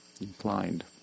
inclined